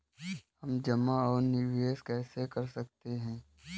हम जमा और निवेश कैसे कर सकते हैं?